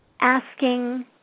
asking